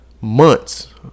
months